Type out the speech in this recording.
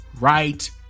right